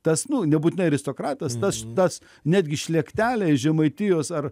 tas nu nebūtinai aristokratas tas tas netgi šlėktelė iš žemaitijos ar